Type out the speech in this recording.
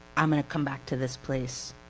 i'm gonna come back to this place,